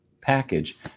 package